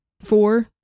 four